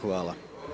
Hvala.